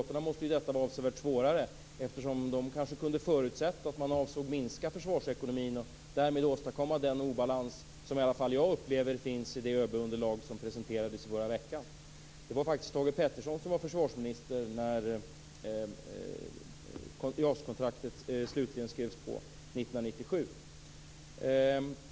Detta måste vara avsevärt svårare för socialdemokraterna, som kanske kunde förutsätta att man avsåg att minska försvarsekonomin och därmed åstadkomma den obalans som åtminstone jag upplever finns i det ÖB-underlag som presenterades i förra veckan. Det var faktiskt Thage Peterson som var försvarsminister när JAS-kontraktet slutligen skrevs på 1997.